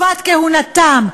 בתקופת כהונתם.